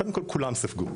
קודם כל כולם ספגו,